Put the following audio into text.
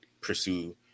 pursue